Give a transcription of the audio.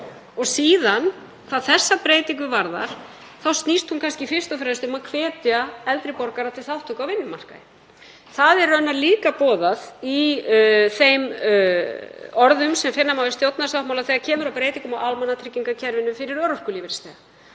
til. Hvað þessa breytingu varðar þá snýst hún kannski fyrst og fremst um að hvetja eldri borgara til þátttöku á vinnumarkaði. Það er raunar líka boðað í þeim orðum sem finna má í stjórnarsáttmála þegar kemur að breytingum á almannatryggingakerfinu fyrir örorkulífeyrisþega.